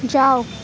যাওক